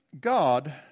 God